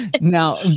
Now